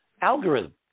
algorithm